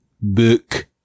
book